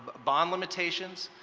bonds limitations,